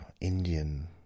Indian